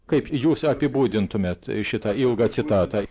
kaip jūs apibūdintumėt šitą ilgą citatą